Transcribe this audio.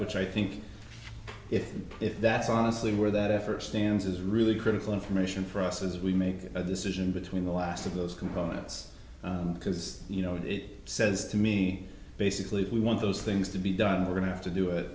which i think if we if that's honestly where that effort stands is really critical information for us as we make a decision between the last of those components because you know it says to me basically if we want those things to be done we're going to have to do